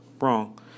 Wrong